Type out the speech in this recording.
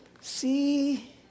See